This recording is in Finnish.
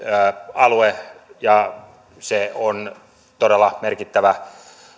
alue ja se on todella merkittävä